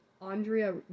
Andrea